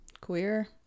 queer